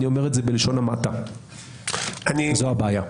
זו הבעיה.